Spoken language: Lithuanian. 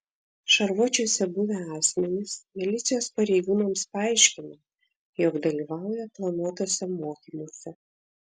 šarvuočiuose buvę asmenys milicijos pareigūnams paaiškino jog dalyvauja planuotuose mokymuose